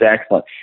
excellent